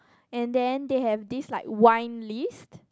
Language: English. and then they have this like wine list